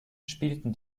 spielten